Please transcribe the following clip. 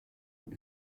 und